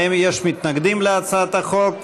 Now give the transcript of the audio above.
האם יש מתנגדים להצעת החוק?